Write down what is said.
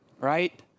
right